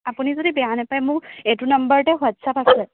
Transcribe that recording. আপুনি যদি বেয়া নেপায় মোৰ এইটো নাম্বাৰতে হোৱাটচাপ আছে